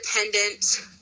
independent